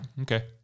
Okay